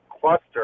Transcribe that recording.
cluster